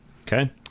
Okay